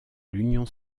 l’union